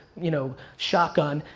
you know, shotgun.